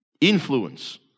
influence